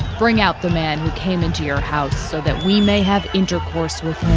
bring out the man who came into your house, so that we may have intercourse with him